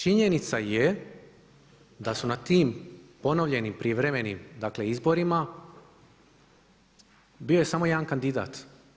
Činjenica je da su na tim ponovljenim prijevremenim, dakle izborima bio je samo jedan kandidat.